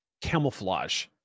camouflage